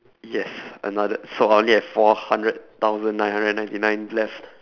yes another so I only have four hundred thousand nine hundred and ninety nine left